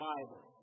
Bible